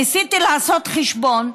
ניסיתי לעשות חשבון: